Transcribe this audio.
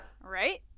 right